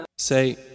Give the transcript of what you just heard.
Say